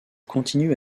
continue